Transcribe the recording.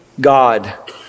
God